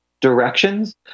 directions